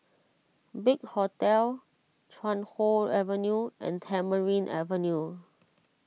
Big Hotel Chuan Hoe Avenue and Tamarind Avenue